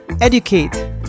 educate